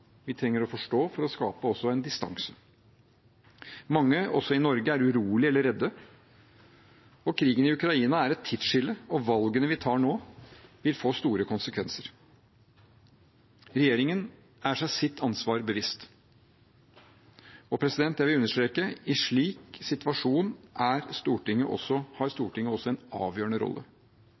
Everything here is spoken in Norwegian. Vi trenger å forstå for også å skape en distanse. Mange, også i Norge, er urolige eller redde. Krigen i Ukraina er et tidsskille, og valgene vi tar nå, vil få store konsekvenser. Regjeringen er seg sitt ansvar bevisst, men jeg vil understreke at i en slik situasjon har Stortinget også en avgjørende rolle.